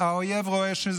האויב רואה.